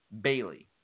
Bailey